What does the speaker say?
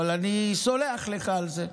אבל אני סולח לך על זה,